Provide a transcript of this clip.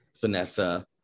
Vanessa